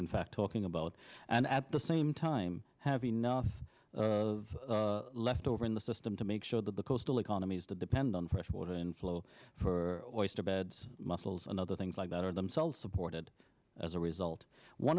in fact talking about and at the same time have enough of leftover in the system to make sure that the coastal economies that depend on fresh water inflow for bad's mussels and other things like that are themselves supported as a result one